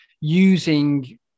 using